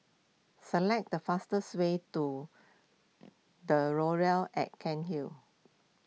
select the fastest way to the Laurels at Cairnhill